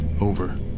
Over